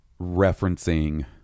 referencing